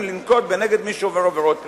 לנקוט נגד מי שעובר עבירות פליליות.